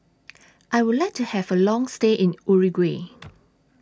I Would like to Have A Long stay in Uruguay